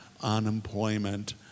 unemployment